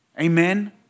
Amen